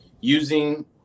using